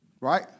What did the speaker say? Right